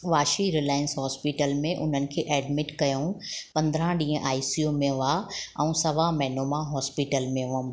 वाशी रिलाइंस हॉस्पिटल में उन्हनि खें ऐडमिट कयऊं पंद्रहं ॾींहं आई सी यू में उहा ऐं सवा महिनो मां हॉस्पिटल में हुअमि